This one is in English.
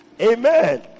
amen